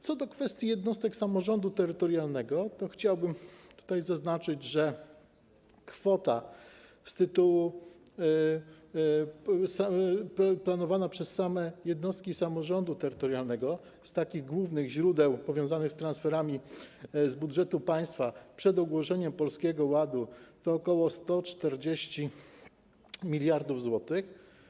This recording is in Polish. Co do kwestii jednostek samorządu terytorialnego to chciałbym zaznaczyć, że kwota planowana przez same jednostki samorządu terytorialnego z takich głównych źródeł powiązanych z transferami z budżetu państwa przed ogłoszeniem Polskiego Ładu to ok. 140 mld zł.